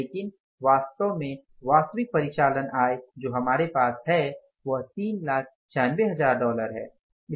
लेकिन वास्तव में वास्तविक परिचालन आय जो हमारे पास 396000 लाख डॉलर थी